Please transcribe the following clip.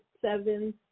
Seven